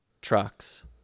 trucks